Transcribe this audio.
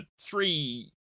three